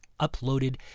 uploaded